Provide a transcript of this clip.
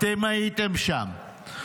אתם הייתם שם,